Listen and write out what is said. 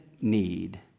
need